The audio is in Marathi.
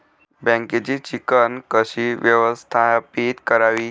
बँकेची चिकण कशी व्यवस्थापित करावी?